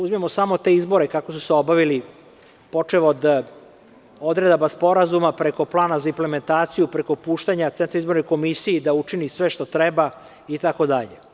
Uzmimo samo te izbore kako su se obavili, počev od odredaba sporazuma, preko plana za implementaciju, preko puštanja centra izbornoj komisiji da učini sve što treba itd.